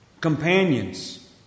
Companions